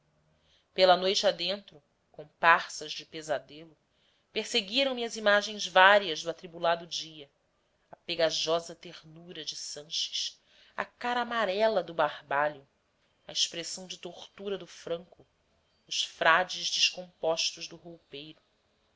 pela noite adentro comparsas de pesadelo perseguiram me as imagens várias do atribulado dia a pegajosa ternura do sanches a cara amarela do barbalho a expressão de tortura do franco os frades descompostos do roupeiro